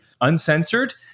uncensored